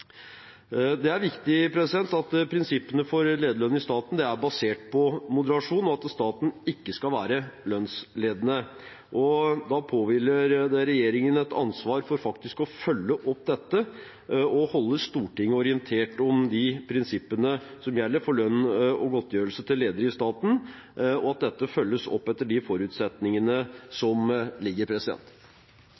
Det er viktig at prinsippene for lederlønn i staten er basert på moderasjon, og at staten ikke skal være lønnsledende. Da påhviler det regjeringen et ansvar for faktisk å følge opp dette og holde Stortinget orientert om de prinsippene som gjelder for lønn og godtgjørelse til ledere i staten, og at dette følges opp etter de forutsetningene